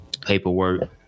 paperwork